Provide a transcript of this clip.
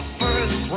first